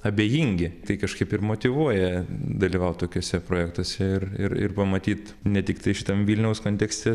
abejingi tai kažkaip ir motyvuoja dalyvaut tokiuose projektuose ir ir ir pamatyt ne tiktai šitam vilniaus kontekste